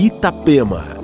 Itapema